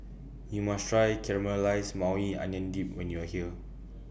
YOU must Try Caramelized Maui Onion Dip when YOU Are here